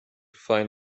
find